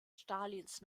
stalins